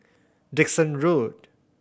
Dickson Road